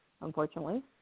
unfortunately